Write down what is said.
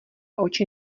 oči